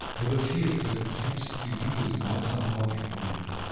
there were fears that infectious diseases might somehow get in the earth.